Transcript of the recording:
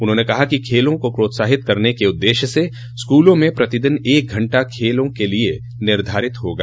उन्होंने कहा कि खेलों को प्रोत्साहित करने के उद्देश्य से स्कूलों में प्रतिदिन एक घंटा खेलों के लिये निर्धारित होगा